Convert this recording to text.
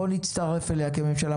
בוא נצטרף אליה כממשלה.